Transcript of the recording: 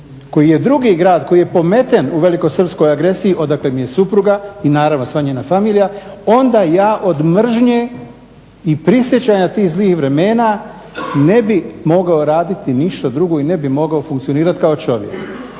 koji je drugi grad koji je pometen u velikosrpskoj agresiji odakle mi je supruga i naravno sva njena familija, onda ja od mržnje i prisjećanja tih zlih vremena ne bih mogao raditi ništa drugo i ne bih mogao funkcionirati kao čovjek.